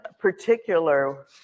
particular